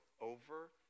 over